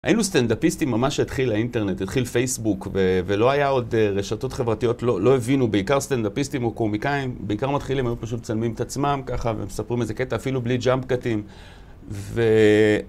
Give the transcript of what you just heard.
היינו סטנדאפיסטים ממש שהתחיל האינטרנט, התחיל פייסבוק, ולא היה עוד רשתות חברתיות, לא הבינו בעיקר סטנדאפיסטים או קומיקאים בעיקר מתחילים, היו פשוט צלמים את עצמם ככה, ומספרים איזה קטע אפילו בלי ג'אמפ קאטים